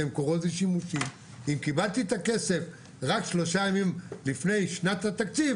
קוראים לזה שימושים אם קיבלתי את כסף רק 3 ימים לפני שנת התקציב?